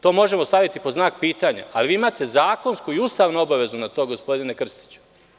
To možemo staviti pod znak pitanja, ali vi imate zakonsku i ustavnu obavezu, gospodine Krstiću.